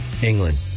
England